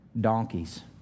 donkeys